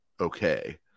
Okay